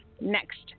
Next